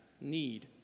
need